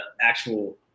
actual